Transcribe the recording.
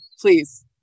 please